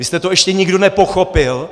Vy jste to ještě nikdo nepochopil?